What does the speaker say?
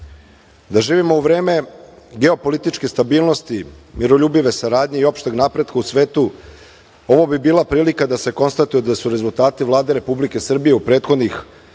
da živimo u vreme geopolitičke stabilnosti, miroljubive saradnje i opšteg napretka u svetu, ovo bi bila prilika da se konstatuje da su rezultati Vlade Republike Srbije u prethodnih